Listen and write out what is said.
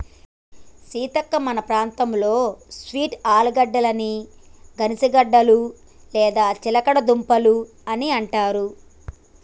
సీతక్క మన ప్రాంతంలో స్వీట్ ఆలుగడ్డని గనిసగడ్డలు లేదా చిలగడ దుంపలు అని అంటారు